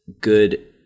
good